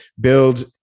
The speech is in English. build